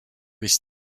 was